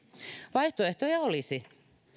vaihtoehtoja olisi